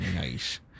nice